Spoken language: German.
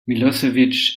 milosevic